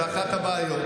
זו אחת הבעיות.